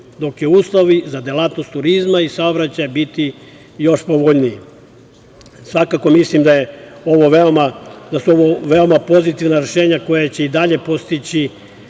dok će uslovi za delatnost turizma i saobraćaja biti još povoljniji. Svakako mislim da su ovo veoma pozitivna rešenja, koja će u ovom